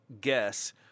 guess